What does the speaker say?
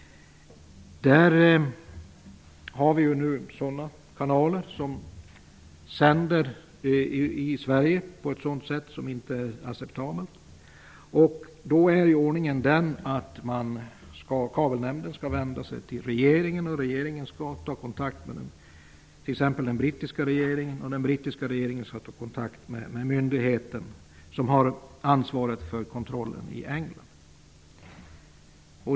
Vi har i Sverige kanaler som sänder på ett inte acceptabelt sätt. Kabelnämnden skall då vända sig till regeringen, som i sin tur skall ta kontakt med exempelvis den brittiska regeringen. Denna skall därvid ta kontakt med den myndighet som har ansvaret för kontrollen i England.